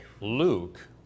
Luke